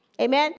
Amen